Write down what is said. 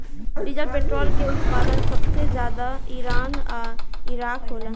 diesel petrol के उत्पादन सबसे ज्यादा ईरान आ इराक होला